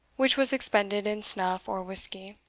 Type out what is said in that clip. which was expended in snuff or whiskey.